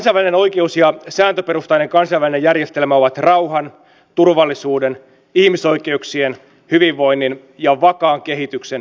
kansainvälinen oikeus ja sääntöperustainen kansainvälinen järjestelmä ovat rauhan turvallisuuden ihmisoikeuksien hyvinvoinnin ja vakaan kehityksen edellytyksiä